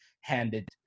handed